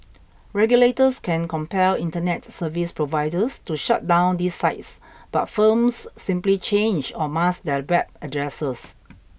regulators can compel internet service providers to shut down these sites but firms simply change or mask their web addresses